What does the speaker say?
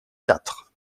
quatre